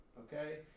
Okay